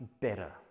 better